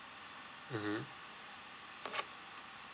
mmhmm